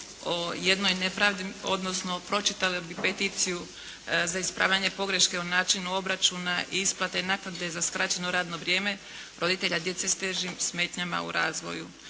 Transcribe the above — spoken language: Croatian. o jednoj nepravdi odnosno pročitala bi peticiju za ispravljanje pogreške o načinu obračuna i isplate naknade za skraćeno radno vrijeme roditelja djece s težim smetnjama u razvoju.